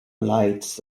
lights